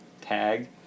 tag